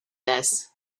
this